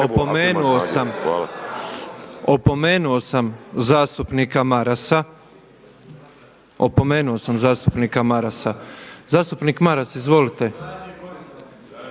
opomenuo sam zastupnika Marasa. Zastupnik Maras, izvolite.